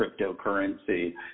cryptocurrency